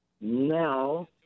Now